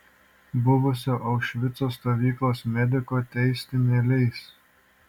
buvusio aušvico stovyklos mediko teisti neleis